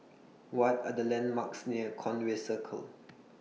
What Are The landmarks near Conway Circle